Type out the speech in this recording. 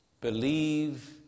Believe